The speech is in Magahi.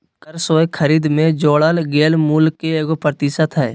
कर स्वयं खरीद में जोड़ल गेल मूल्य के एगो प्रतिशत हइ